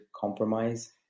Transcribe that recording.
compromise